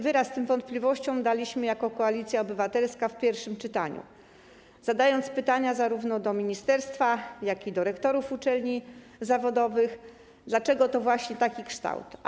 Wyraz tym wątpliwościom daliśmy jako Koalicja Obywatelska w pierwszym czytaniu, zadając pytania zarówno do ministerstwa, jak i do rektorów uczelni zawodowych o to, dlaczego to właśnie taki kształt przybiera.